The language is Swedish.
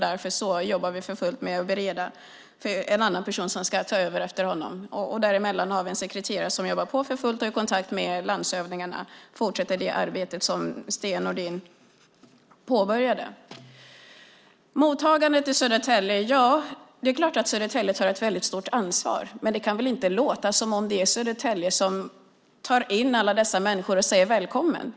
Vi jobbar därför för fullt med att bereda för att en annan person ska ta vid efter honom. Däremellan har vi en sekreterare som jobbar på för fullt, är i kontakt med landshövdingarna och fortsätter det arbete som Sten Nordin påbörjade. När det gäller mottagandet i Södertälje är det klart att Södertälje tar ett väldigt stort ansvar. Men det kan väl inte låta som att det är Södertälje som tar in alla dessa människor och säger välkommen?